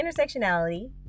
intersectionality